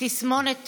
תסמונת טורט,